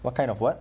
what kind of what